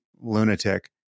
lunatic